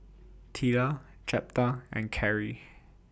Teela Jeptha and Carey